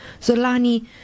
Zolani